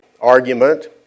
argument